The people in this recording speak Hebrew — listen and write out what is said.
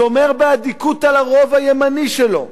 שומר באדיקות על הרוב הימני שלו,